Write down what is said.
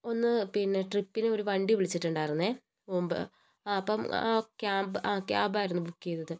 ഒന്ന് പിന്നെ ട്രിപ്പിനൊരു വണ്ടി വിളിച്ചിട്ടുണ്ടായിരുന്നു മുൻപ് ആ അപ്പം ആ ക്യാമ്പ് ആ ക്യാബായിരുന്നു ബുക്ക് ചെയ്തത്